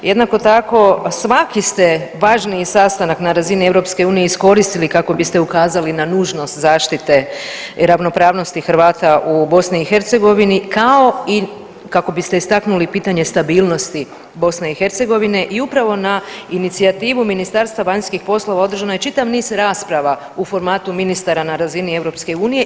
Jednako tako svaki ste važniji sastanak na razini EU iskoristili kako biste ukazali na nužnost zaštite i ravnopravnosti Hrvata u BiH, kao i kako biste istaknuli pitanje stabilnosti BiH i upravo na inicijativu Ministarstva vanjskih poslova održano je čitav niz rasprava u formatu ministara na razini EU.